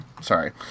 sorry